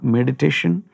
Meditation